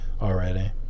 already